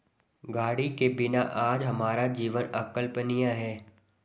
गाड़ी के बिना आज हमारा जीवन अकल्पनीय है